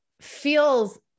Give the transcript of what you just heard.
feels